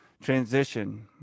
transition